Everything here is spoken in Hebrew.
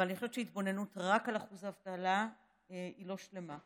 אבל אני חושבת שהתבוננות רק על אחוז האבטלה היא לא שלמה.